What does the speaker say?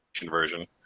version